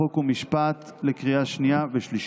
חוק ומשפט להכנה קריאה שנייה ושלישית.